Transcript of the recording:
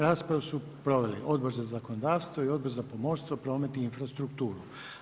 Raspravu su proveli Odbor za zakonodavstvo i Odbor za pomorstvo, promet i infrastrukturu.